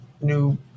new